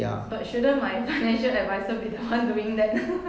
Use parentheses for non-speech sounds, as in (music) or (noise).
but shouldn't my financial (laughs) adviser be the one (laughs) doing that